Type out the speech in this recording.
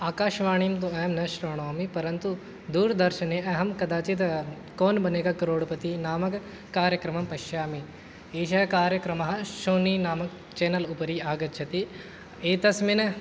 आकाशवाणीं तु अहं न शृणोमि परन्तु दूरदर्शने अहं कदाचित् कौन् बनेगा करोड्पति नामक कार्यक्रमं पश्यामि एषः कार्यक्रमः शोनि नाम चेनेल् उपरि आगच्छति एतस्मिन्